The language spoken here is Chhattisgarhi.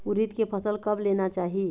उरीद के फसल कब लेना चाही?